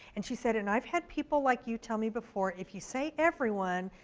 and she said and i've had people like you tell me before if you say everyone,